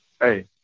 Hey